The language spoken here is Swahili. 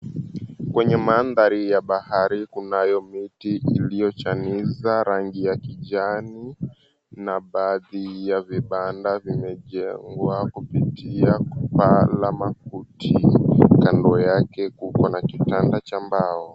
Kwenye mandhari ya bahari kunayo miti iliyochaniza rangi ya kijani na baadhi ya vibanda vimejengwa kupitia kutaa la makuti. Kando yake kuna kitanda cha mbao.